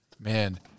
Man